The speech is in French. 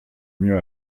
mieux